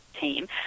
team